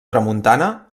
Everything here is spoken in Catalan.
tramuntana